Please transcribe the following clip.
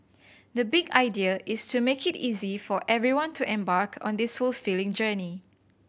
the big idea is to make it easy for everyone to embark on this fulfilling journey